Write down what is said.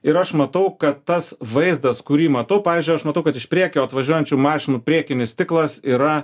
ir aš matau kad tas vaizdas kurį matau pavyzdžiui aš matau kad iš priekio atvažiuojančių mašinų priekinis stiklas yra